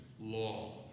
law